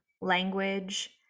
language